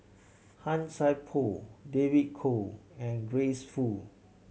Han Sai Por David Kwo and Grace Fu